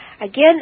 Again